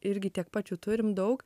irgi tiek pat jų turim daug